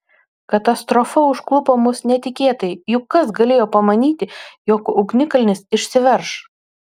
katastrofa užklupo mus netikėtai juk kas galėjo pamanyti jog ugnikalnis išsiverš